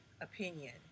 opinion